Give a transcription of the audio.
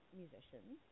musicians